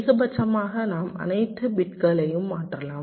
அதிகபட்சமாக நாம் அனைத்து பிட்களையும் மாற்றலாம்